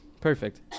Perfect